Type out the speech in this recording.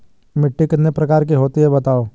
मिट्टी कितने प्रकार की होती हैं बताओ?